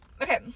okay